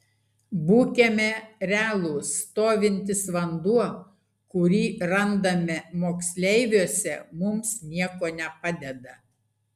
būkime realūs stovintis vanduo kurį randame moksleiviuose mums nieko nepadeda